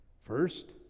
First